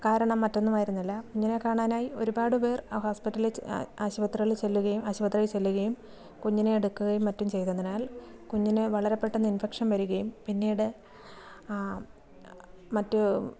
കാരണം മറ്റൊന്നുമായിരുന്നില്ല കുഞ്ഞിനെ കാണാനായി ഒരുപാട് പേർ ആ ഹോസ്പിറ്റലിൽ ആശുപത്രികളിൽ ചെല്ലുകയും ആശുപത്രിയിൽ ചെല്ലുകയും കുഞ്ഞിനെ എടുക്കുകയും മറ്റും ചെയ്തതിനാൽ കുഞ്ഞിന് വളരെ പെട്ടന്ന് ഇൻഫെക്ഷൻ വരികയും പിന്നീട് ആ മറ്റു